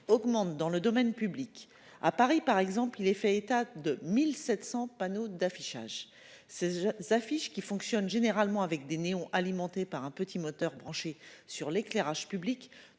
augmente dans le domaine public à Paris par exemple, il est fait état de 1700 panneaux d'affichage. Ces affiches qui fonctionne généralement avec des néons alimenté par un petit moteur branchées sur l'éclairage public